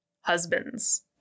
Husbands